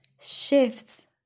shifts